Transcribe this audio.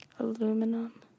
Aluminum